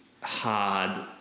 hard